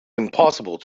impossible